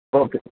okay